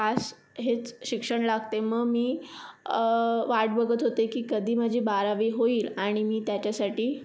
pass हेच शिक्षण लागते मग मी वाट बघत होते की कधी माझी बारावी होईल आणि मी त्याच्यासाठी